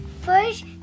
first